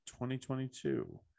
2022